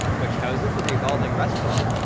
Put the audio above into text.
which houses the revolving restaurant,